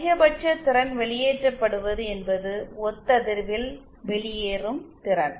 அதிகபட்ச திறன் வெளியேற்றப்படுவது என்பது ஒத்ததிர்வில் வெளியேறும் திறன்